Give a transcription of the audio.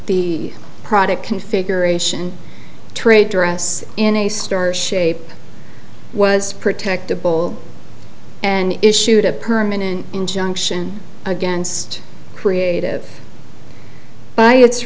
the product configuration trade dress in a star shape was protectable and issued a permanent injunction against creative by its